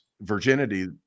virginity